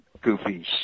goofy